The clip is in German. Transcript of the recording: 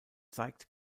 zeigt